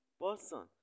person